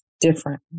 different